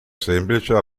semplice